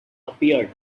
appeared